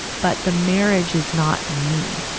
but the marriage is not me.